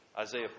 Isaiah